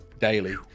Daily